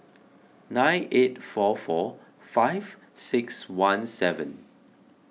nine eight four four five six one seven